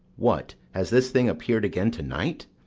what, has this thing appear'd again to-night?